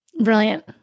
Brilliant